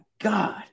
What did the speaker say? God